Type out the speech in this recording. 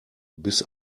bis